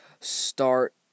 start